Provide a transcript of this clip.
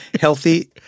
healthy